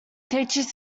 teaches